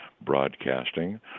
broadcasting